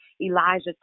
Elijah